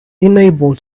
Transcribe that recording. unable